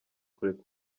kureka